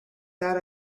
that